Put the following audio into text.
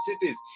cities